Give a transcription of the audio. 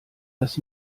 das